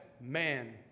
man